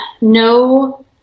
no